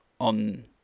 on